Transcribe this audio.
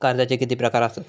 कर्जाचे किती प्रकार असात?